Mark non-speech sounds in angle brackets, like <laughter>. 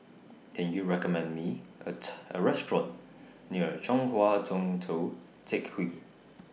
Can YOU recommend Me A <unintelligible> A Restaurant near Chong Hua Tong Tou Teck Hwee